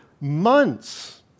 months